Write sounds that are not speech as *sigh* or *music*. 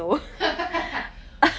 *laughs*